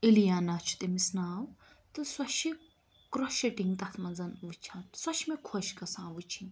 اِلیانہ چھُ تٔمِس ناو تہٕ سۄ چھِ کرٛوٚشِٹِنٛگ تَتھ منٛز وُچھان سۄ چھِ مےٚ خۄش گژھان وُچھِنۍ